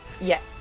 Yes